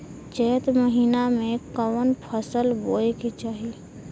चैत महीना में कवन फशल बोए के चाही?